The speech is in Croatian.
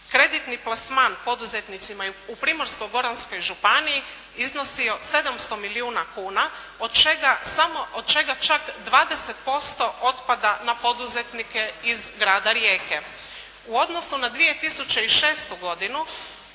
kreditni plasman poduzetnicima u Primorsko-goranskoj županiji iznosio 700 milijuna kuna od čega čak 20% otpada na poduzetnike iz grada Rijeke. U odnosu na 2006. godinu,